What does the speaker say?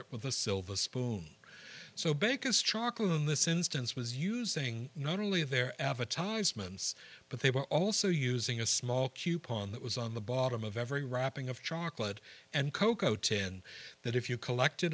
it with a silver spoon so because charcoal in this instance was using not only their advertisements but they were also using a small coupon that was on the bottom of every wrapping of chocolate and cocoa ten that if you collect